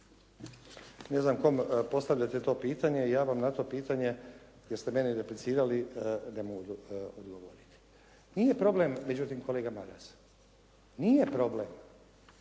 Ne zna kom postavljate to pitanje. Ja vam na to pitanje jeste meni replicirali ne mogu odgovoriti. Nije problem, međutim kolega Maras, nije problem